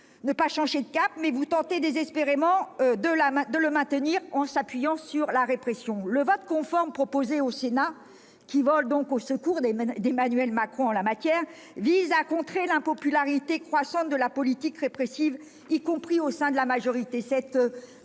ne changez pas de cap, mais, pour tenter désespérément de le maintenir, vous vous appuyez sur la répression ! Le vote conforme proposé au Sénat, qui vole au secours d'Emmanuel Macron en la matière, vise à contrer l'impopularité croissante de la politique répressive, y compris au sein de la majorité.